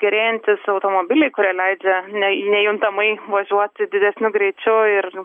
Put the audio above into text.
gerėjantys automobiliai kurie leidžia ne nejuntamai važiuoti didesniu greičiu ir